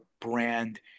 brand